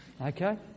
Okay